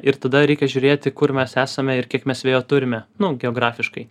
ir tada reikia žiūrėti kur mes esame ir kiek mes vėjo turime nu geografiškai